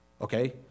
Okay